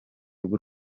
bw’u